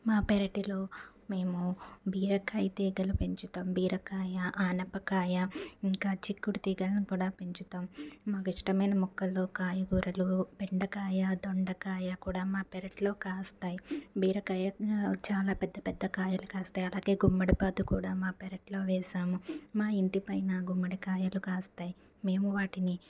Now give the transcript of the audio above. మా పెరటిలో మేము బీరకాయ తీగలు పెంచుతాం బీరకాయ ఆనపకాయ ఇంకా చిక్కుడు తీగను కూడా పెంచుతాం మాకు ఇష్టమైన మొక్కల్లో కాయగూరలు బెండకాయ దొండకాయ కూడా మా పెరట్లో కాస్తాయి బీరకాయ చాలా పెద్ద పెద్ద కాయలు కాస్తాయి అలాగే గుమ్మడి బాదు కూడా మా పెరట్లో వేసాము మా ఇంటి పైన గుమ్మడికాయలు కాస్తాయి మేము వాటిని